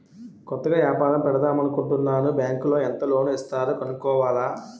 కొత్తగా ఏపారం పెడదామనుకుంటన్నాను బ్యాంకులో ఎంత లోను ఇస్తారో కనుక్కోవాల